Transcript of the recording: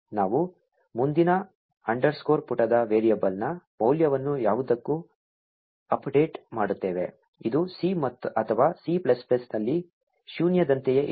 ನಾವು ಮುಂದಿನ ಅಂಡರ್ಸ್ಕೋರ್ ಪುಟದ ವೇರಿಯೇಬಲ್ನ ಮೌಲ್ಯವನ್ನು ಯಾವುದಕ್ಕೂ ಅಪ್ಡೇಟ್ ಮಾಡುತ್ತೇವೆ ಇದು C ಅಥವಾ C ನಲ್ಲಿ ಶೂನ್ಯದಂತೆಯೇ ಇರುತ್ತದೆ